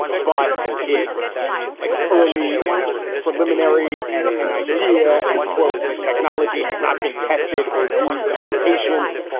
but it's like early and preliminary and an idea and quote, the technology has not been tested or used on patients.